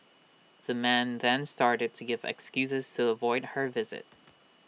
the man then started to give excuses to avoid her visit